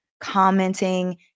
commenting